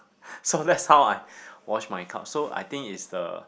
so that's how I wash my cup so I think it's the